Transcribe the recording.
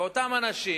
אותם אנשים